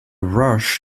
rush